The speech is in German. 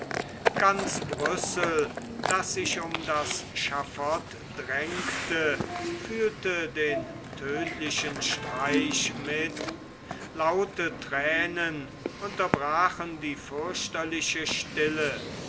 ganz brüssel das sich um das schaffot drängte fühlte den tödtlichen streich mit laute thränen unterbrachen die fürchterlichste stille